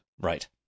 Right